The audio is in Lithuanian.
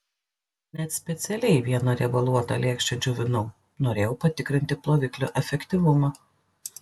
net specialiai vieną riebaluotą lėkštę džiovinau norėjau patikrinti ploviklio efektyvumą